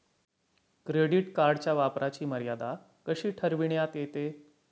Credit कार्डच्या वापराची मर्यादा कशी ठरविण्यात येते?